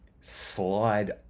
slide